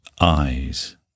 eyes